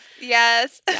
yes